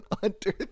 Hunter